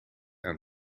aan